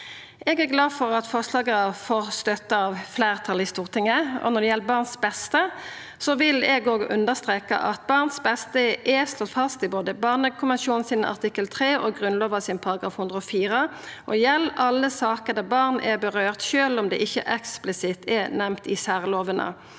Eg er glad for at forslaga får støtte av fleirtalet i Stortinget. Når det gjeld barns beste, vil eg òg understreka at barns beste er slått fast i både barnekonvensjonen artikkel 3 og Grunnlova § 104. Det gjeld alle saker der barn vert påverka, sjølv om det ikkje eksplisitt er nemnd i særlovene.